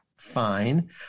Fine